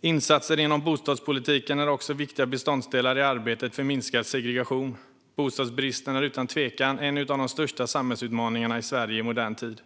Insatser inom bostadspolitiken är också viktiga beståndsdelar i arbetet för minskad segregation. Bostadsbristen är utan tvekan en av de största samhällsutmaningarna i Sverige i modern tid.